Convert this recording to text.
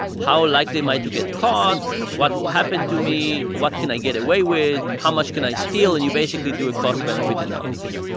how likely am i to get caught? what will happen to me? what can i get away with? how much can i steal? and you basically do a cost-benefit analysis.